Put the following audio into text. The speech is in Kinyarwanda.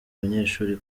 abanyeshuri